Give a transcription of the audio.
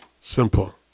simple